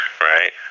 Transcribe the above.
right